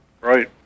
Right